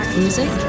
music